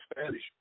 Spanish